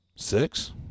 Six